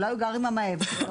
אולי הוא גר עם המאהבת שלו,